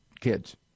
kids